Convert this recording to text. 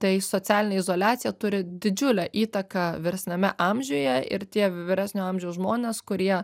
tai socialinė izoliacija turi didžiulę įtaką vyresniame amžiuje ir tie vyresnio amžiaus žmonės kurie